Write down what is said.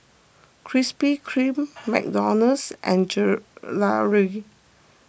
Krispy Kreme McDonald's and Gelare